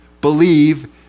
believe